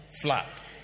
flat